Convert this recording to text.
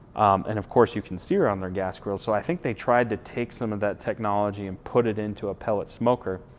and of course you can sear on their gas grill. so i think they tried to take some of that technology and put it into a pellet smoker.